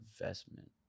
investment